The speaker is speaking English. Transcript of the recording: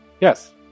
Yes